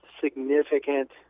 significant